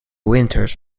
winters